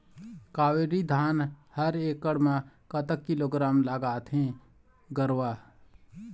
कावेरी धान हर एकड़ म कतक किलोग्राम लगाथें गरवा?